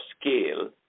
scale